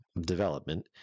development